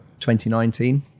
2019